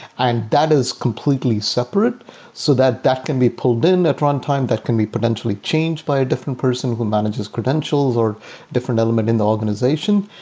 and that is completely separate so that that can be pulled in at run time. that can be potentially changed by a different person who manages credentials or different element in the organization.